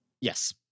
Yes